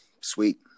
Sweet